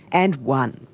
and won.